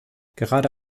gerade